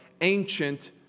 ancient